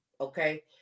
okay